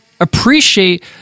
appreciate